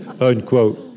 unquote